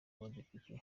badepite